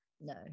no